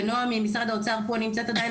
ונועה ממשרד האוצר נמצאת עדיין,